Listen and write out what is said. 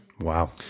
Wow